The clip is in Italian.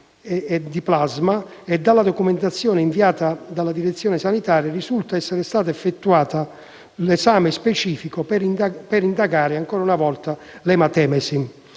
Dalla documentazione inviata dalla direzione sanitaria risulta essere stata effettuata l'esame specifico per indagare l'ematemesi.